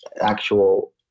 actual